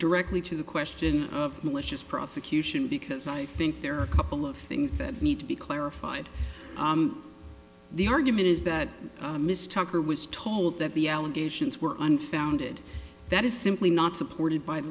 directly to the question of malicious prosecution because i think there are a couple of things that need to be clarified the argument is that mr tucker was told that the allegations were unfounded that is simply not supported by